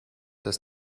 dass